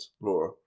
Laura